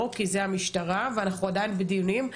כי כאן המשטרה ואנחנו עדיין בדיונים.